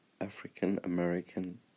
African-American